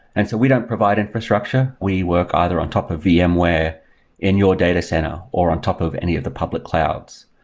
and so we don't provide infrastructure. we work either on top of vmware in your data center, or on top of any of the public clouds.